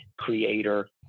creator